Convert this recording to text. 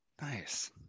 Nice